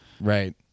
Right